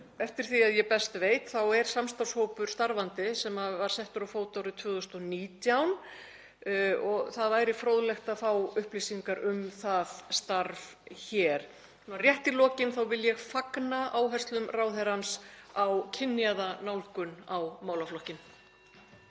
Eftir því sem ég best veit er samstarfshópur starfandi sem var settur á fót árið 2019 og það væri fróðlegt að fá upplýsingar um það starf hér. Rétt í lokin vil ég fagna áherslum ráðherrans á kynjaða nálgun á málaflokkinn.